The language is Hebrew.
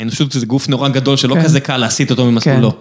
האנושות זה גוף נורא גדול כן.. שלא כזה קל להסיט אותו ממסלולו. כן..